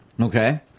Okay